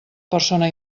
persona